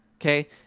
Okay